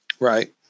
Right